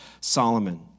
Solomon